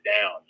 down